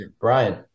Brian